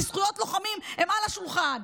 כי זכויות לוחמים הן על השולחן.